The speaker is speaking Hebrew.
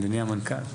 אדוני המנכ"ל,